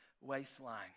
waistline